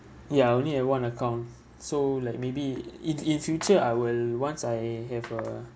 ya I only have one account so like maybe in the future I will once I have a